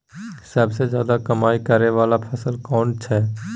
सबसे ज्यादा कमाई करै वाला फसल कोन छै?